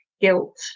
guilt